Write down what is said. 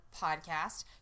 Podcast